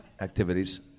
activities